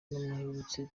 duherutse